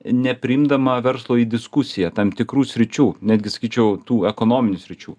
nepriimdama verslo į diskusiją tam tikrų sričių netgi sakyčiau tų ekonominių sričių